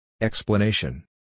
Explanation